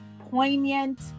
poignant